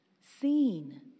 seen